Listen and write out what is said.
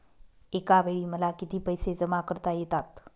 एकावेळी मला किती पैसे जमा करता येतात?